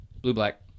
Blue-black